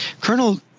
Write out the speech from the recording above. Colonel